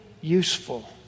useful